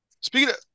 Speaking